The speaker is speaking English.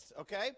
okay